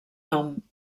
nom